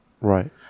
Right